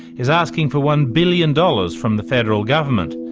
is asking for one billion dollars from the federal government.